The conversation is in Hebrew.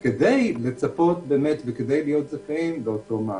כדי לצפות באמת וכדי להיות זכאים לאותו מענק.